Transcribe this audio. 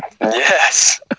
Yes